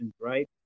right